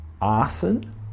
arson